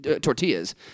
tortillas